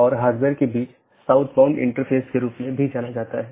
NLRI का उपयोग BGP द्वारा मार्गों के विज्ञापन के लिए किया जाता है